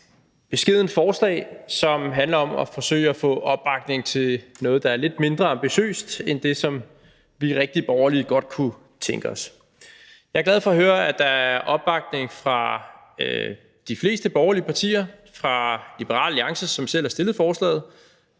beskedent forslag, som handler om at forsøge at få opbakning til noget, der er lidt mindre ambitiøst end det, som vi rigtigt borgerlige godt kunne tænke os. Jeg er glad for at høre, at der er opbakning fra de fleste borgerlige partier: fra Liberal Alliance, som selv har fremsat forslaget,